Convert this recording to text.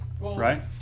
right